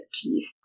teeth